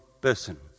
person